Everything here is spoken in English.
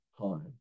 time